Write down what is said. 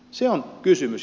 se on kysymys